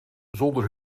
zonder